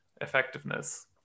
effectiveness